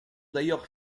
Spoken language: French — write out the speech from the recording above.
d’ailleurs